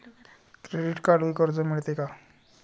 Credit कार्डवरही कर्ज मिळते का?